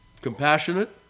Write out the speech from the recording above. compassionate